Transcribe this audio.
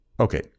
Okay